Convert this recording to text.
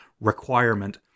requirement